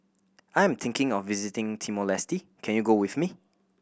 I am thinking of visiting Timor Leste can you go with me